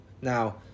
Now